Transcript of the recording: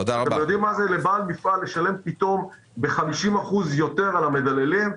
אתם יודעים מה זה לבעל מפעל לשלם פתאום ב-50% יותר על המדללים?